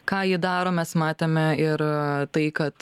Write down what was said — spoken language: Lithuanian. ką ji daro mes matėme ir tai kad